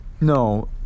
No